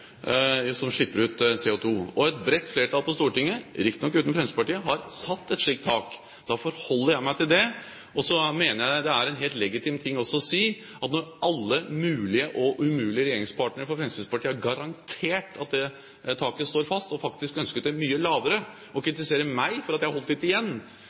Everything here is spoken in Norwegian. som slipper ut CO2. Et bredt flertall på Stortinget, riktignok uten Fremskrittspartiet, har satt et slikt tak. Da forholder jeg meg til det. Så mener jeg det er en helt legitim ting også å si at når alle mulige og umulige regjeringspartnere for Fremskrittspartiet har garantert at det taket står fast – og faktisk ønsket det mye lavere – og kritiserer meg for at jeg har holdt litt igjen,